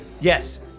Yes